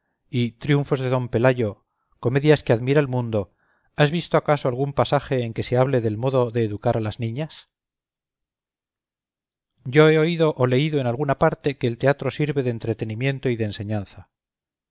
y triunfos de don pelayo comedias que admira el mundo has visto acaso algún pasaje en que se hable del modo de educar a las niñas yo he oído o leído en alguna parte que el teatro sirve de entretenimiento y de enseñanza